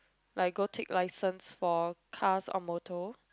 like go take license for cars or motor